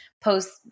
post